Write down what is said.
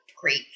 great